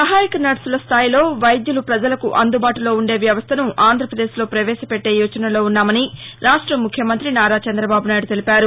సహాయక నర్సుల స్టాయిలో వైద్యులు ప్రజలకు అందుబాటులో ఉండే వ్యవస్టను ఆంధ్రాపదేశ్లో ప్రపేశపెట్టే యోచనలో ఉన్నామని ముఖ్యమంతి నారా చంద్రబాబు నాయుడు తెలిపారు